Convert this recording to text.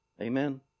Amen